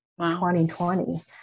2020